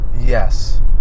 Yes